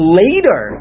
later